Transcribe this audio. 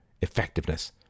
effectiveness